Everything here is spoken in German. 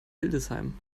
hildesheim